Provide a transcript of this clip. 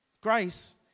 Grace